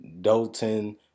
Dalton